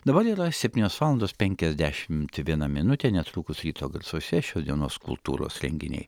dabar yra septynios valandos penkiasdešimt viena minutė netrukus ryto garsuose šios dienos kultūros renginiai